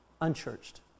unchurched